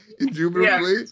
indubitably